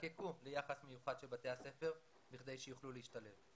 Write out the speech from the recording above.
יזדקקו ליחס מיוחד של בתי הספר כדי שיוכלו להשתלב.